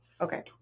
okay